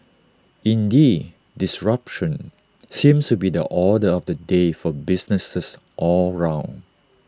indeed disruption seems to be the order of the day for businesses all round